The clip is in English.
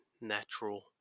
natural